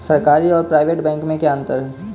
सरकारी और private bank में क्या अंतर है?